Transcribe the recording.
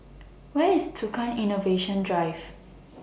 Where IS Tukang Innovation Drive